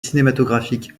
cinématographique